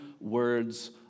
words